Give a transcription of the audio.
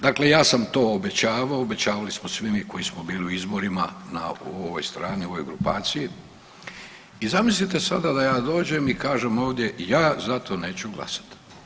Dakle, ja sam to obećavao, obećavali smo svi mi koji smo bili u izborima, na ovoj strani, u ovoj grupaciji i zamislite sada da ja dođem i kažem ovdje ja za to neću glasati.